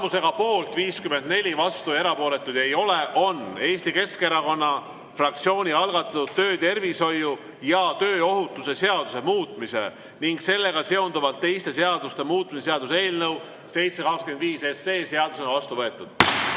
Tulemusega poolt 54, vastuolijaid ega erapooletuid ei ole, on Eesti Keskerakonna fraktsiooni algatatud töötervishoiu ja tööohutuse seaduse muutmise ning sellega seonduvalt teiste seaduste muutmise seaduse eelnõu 725 seadusena vastu võetud.